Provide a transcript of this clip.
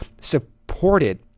supported